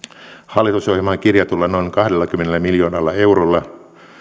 hallitusohjelmaan kirjatulla noin kahdellakymmenellä miljoonalla eurolla